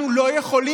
אנחנו לא יכולים,